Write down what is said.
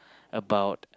about